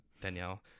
Danielle